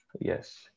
Yes